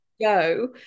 go